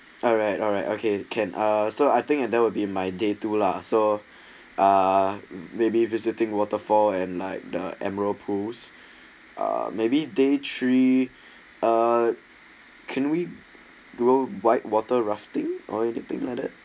alright alright okay can so I think that will be my day to lah so uh maybe visiting waterfall and like the emerald pools uh maybe day three uh can we grow whitewater rafting or anything like that